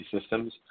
systems